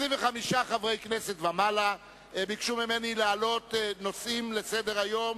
25 חברי כנסת ומעלה ביקשו ממני להעלות נושאים לסדר-היום,